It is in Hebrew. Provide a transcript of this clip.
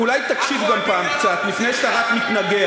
דב, אולי גם תקשיב פעם קצת, לפני שאתה רק מתנגח?